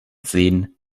sehen